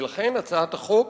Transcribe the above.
ולכן, הצעת החוק